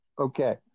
Okay